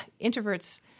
introverts